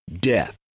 death